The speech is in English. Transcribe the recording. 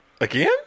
Again